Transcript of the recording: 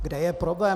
Kde je problém?